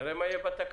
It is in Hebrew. נראה מה יהיה בתקנות.